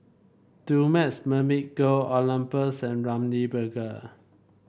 Dumex Mamil Gold Oxyplus and Ramly Burger